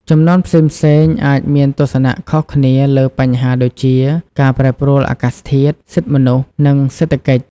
ជំនាន់ផ្សេងៗគ្នាអាចមានទស្សនៈខុសគ្នាលើបញ្ហាដូចជាការប្រែប្រួលអាកាសធាតុ សិទ្ធិមនុស្ស និងសេដ្ឋកិច្ច។